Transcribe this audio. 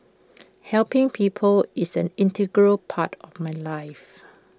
helping people is an integral part of my life